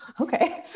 Okay